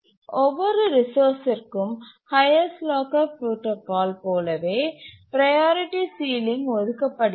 ஒவ்வொரு ரிசோர்ஸ்சிற்கும் highest locker protocol போலவே ப்ரையாரிட்டி சீலிங் ஒதுக்கப்படுகிறது